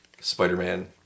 Spider-Man